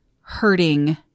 hurting